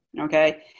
Okay